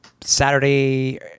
Saturday